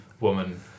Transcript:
woman